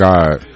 God